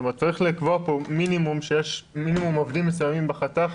צריך לקבוע כאן שיש מינימום עובדים מסוימים בחתך.